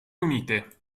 unite